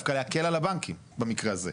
דווקא להקל על הבנקים במקרה הזה.